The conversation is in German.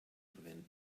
verwenden